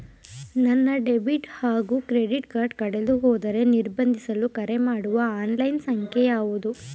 ನನ್ನ ಡೆಬಿಟ್ ಹಾಗೂ credit card ಕಳೆದುಹೋದರೆ ನಿರ್ಬಂಧಿಸಲು ಕರೆಮಾಡುವ ಆನ್ಲೈನ್ ಸಂಖ್ಯೆಯಾವುದು?